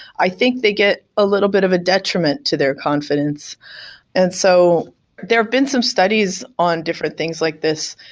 i think they get a little bit of a detriment to their confidence and so there have been some studies on different things like these.